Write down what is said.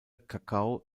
kakao